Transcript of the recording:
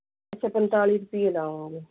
ਅੱਛਾ ਪੰਤਾਲੀ ਰੁਪਏ ਲਾਓਗੇ